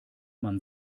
man